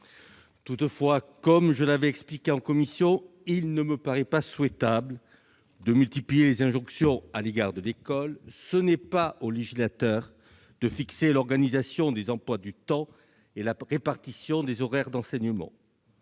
Toutefois, comme je l'ai expliqué en commission, il ne me paraît pas souhaitable de multiplier les injonctions à l'égard de l'école. Ce n'est pas au législateur de fixer l'organisation des emplois du temps et la répartition des horaires d'enseignement.